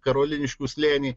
karoliniškių slėnį